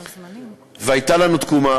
והייתה לנו תקומה,